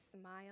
smile